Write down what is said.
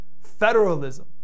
federalism